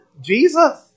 Jesus